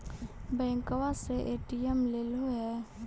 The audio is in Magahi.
बैंकवा से ए.टी.एम लेलहो है?